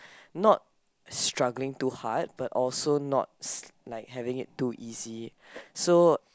not struggling too hard but also not like having it too easy so